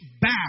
back